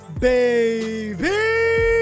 baby